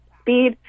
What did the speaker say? speed